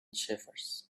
shepherds